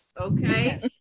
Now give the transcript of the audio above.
Okay